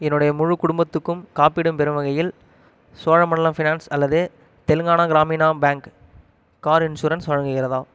என்னுடைய முழுக் குடும்பத்துக்கும் காப்பீடு பெறும் வகையில் சோழமண்டலம் ஃபைனான்ஸ் அல்லது Telangana Gramina bank car insurance வழங்குகிறதா